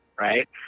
Right